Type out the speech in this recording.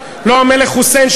לא המלך חוסיין,